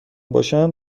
باشم